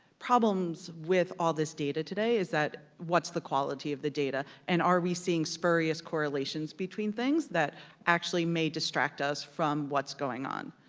problems with all this data today is that, what's the quality of the data, and are we seeing spurious correlations between things that actually may distract us from what's going on?